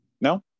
No